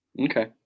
Okay